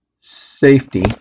safety